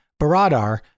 Baradar